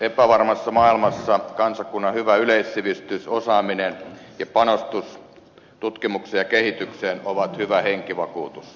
epävarmassa maailmassa kansakunnan hyvä yleissivistys osaaminen ja panostus tutkimukseen ja kehitykseen ovat hyvä henkivakuutus